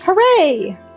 Hooray